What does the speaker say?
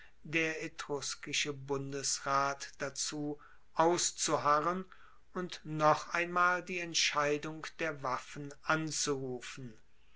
der etruskische bundesrat dazu auszuharren und noch einmal die entscheidung der waffen anzurufen